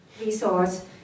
resource